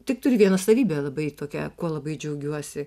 tik turiu vieną savybę labai tokią kuo labai džiaugiuosi